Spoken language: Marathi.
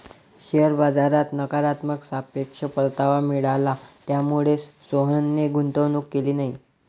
शेअर बाजारात नकारात्मक सापेक्ष परतावा मिळाला, त्यामुळेच सोहनने गुंतवणूक केली नाही